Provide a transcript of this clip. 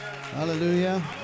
hallelujah